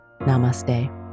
Namaste